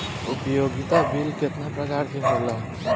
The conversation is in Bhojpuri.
उपयोगिता बिल केतना प्रकार के होला?